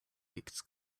gets